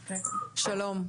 שלום.